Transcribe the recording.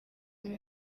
ibi